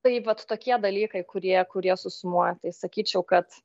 tai vat tokie dalykai kurie kurie susumuoja tai sakyčiau kad